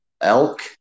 Elk